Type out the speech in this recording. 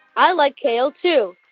i like kale, too.